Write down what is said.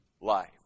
life